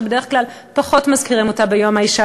שבדרך כלל פחות מזכירים אותה ביום האישה